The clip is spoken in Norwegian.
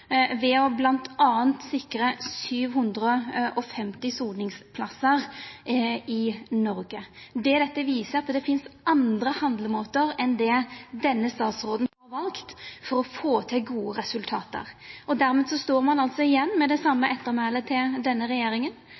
soningsplassar i Noreg. Det dette viser, er at det finst andre handlemåtar enn det denne statsråden har valt, for å få til gode resultat. Dermed står ein igjen med det same ettermælet til denne regjeringa,